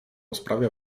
sprawia